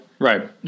Right